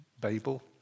Babel